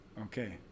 Okay